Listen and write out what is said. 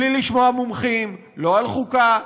בלי לשמוע מומחים לא על חוקה,